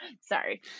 Sorry